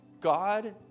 God